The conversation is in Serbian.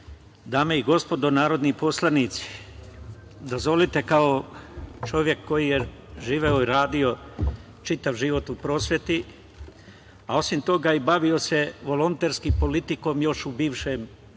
dame i gospodo narodni poslanici, dozvolite da kao čovek koji je živeo i radio čitav život u prosveti, a osim toga i bavio se volonterski politikom još u bivšem režimu,